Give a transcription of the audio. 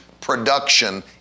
production